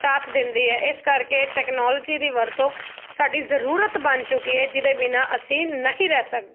ਸਾਥ ਦਿੰਦੀ ਹੈ ਇਸ ਕਰਕੇ ਤੈਕਨੋਲੋਜੀ ਦੀ ਵਰਤੋਂ ਸਾਡੀ ਜ਼ਰੂਰਤ ਬਣ ਚੁੱਕੀ ਹੈ ਜਿਹਦੇ ਬਿਨਾਂ ਅਸੀਂ ਨਹੀਂ ਰਹਿ ਸਕਦੇ